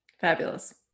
Fabulous